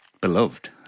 beloved